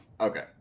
okay